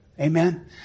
Amen